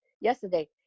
yesterday